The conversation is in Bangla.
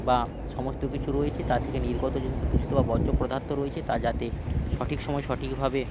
বা সমস্ত কিছু রয়েছে তা থেকে নির্গত যে সমস্ত দূষিত বা বর্জ্য পদার্থ রয়েছে তা যাতে সঠিক সময়ে সঠিকভাবে